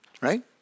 Right